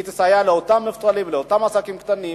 היא תסייע לאותם מובטלים ולאותם עסקים קטנים,